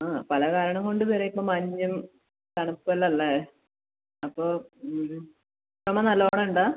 ആ പല കാരണം കൊണ്ട് വരാം ഇപ്പോൾ മഞ്ഞും തണുപ്പ് എല്ലാം അല്ലേ അപ്പോൾ ചുമ നല്ല വണ്ണം ഉണ്ടോ